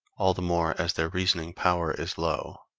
all the more as their reasoning power is low.